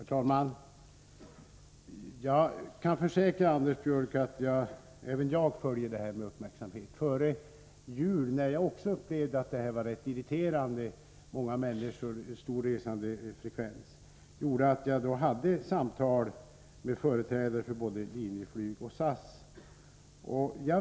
Herr talman! Jag kan försäkra Anders Björck att även jag följer frågan med uppmärksamhet. Före jul, när det var stor resandefrekvens, upplevde också jag den här situationen som ganska irriterande. Det gjorde att jag då hade ett samtal med företrädare för både Linjeflyg och SAS.